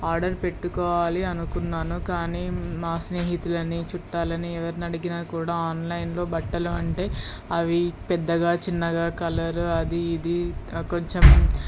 order పెట్టుకోవాలి అనుకున్నాను కానీ మా స్నేహితులని చుట్టాలని ఎవరినడిగినా కూడా ఆన్లైన్లో బట్టలు అంటే అవి పెద్దగా చిన్నగా కలర్ అది ఇది కొంచెం